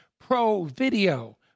pro-video